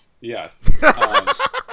Yes